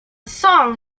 song